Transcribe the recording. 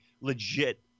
legit